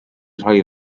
rhoi